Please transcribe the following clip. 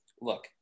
look